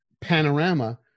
panorama